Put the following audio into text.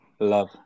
Love